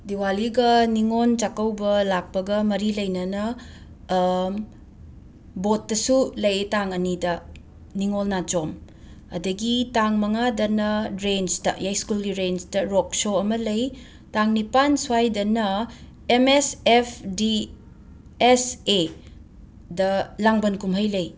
ꯗꯤꯋꯥꯂꯤꯒ ꯅꯤꯉꯣꯜ ꯆꯥꯛꯀꯧꯕ ꯂꯥꯛꯄꯒ ꯃꯔꯤ ꯂꯩꯅꯅ ꯕꯣꯠꯇꯁꯨ ꯂꯩꯌꯦ ꯇꯥꯡ ꯑꯅꯤꯗ ꯅꯤꯉꯣꯜ ꯅꯥꯆꯣꯝ ꯑꯗꯒꯤ ꯇꯥꯡ ꯃꯉꯥꯗꯅ ꯔꯦꯟꯁꯇ ꯌꯥꯏꯁ꯭ꯀꯨꯜꯒꯤ ꯔꯦꯟꯁꯇ ꯔꯣꯛ ꯁꯣ ꯑꯃ ꯂꯩ ꯇꯥꯡ ꯅꯤꯄꯥꯟ ꯁ꯭ꯋꯥꯏꯗꯅ M S F D S A ꯗ ꯂꯥꯡꯕꯟ ꯀꯨꯝꯍꯩ ꯂꯩ